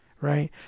Right